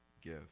give